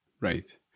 Right